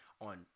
on